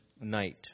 night